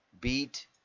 beat